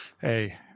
Hey